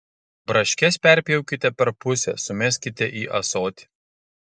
braškes perpjaukite per pusę sumeskite į ąsotį